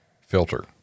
filter